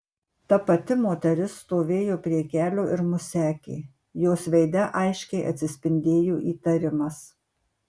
ta pati moteris stovėjo prie kelio ir mus sekė jos veide aiškiai atsispindėjo įtarimas